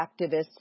activists